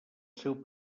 seu